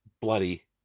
bloody